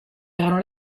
erano